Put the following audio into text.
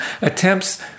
attempts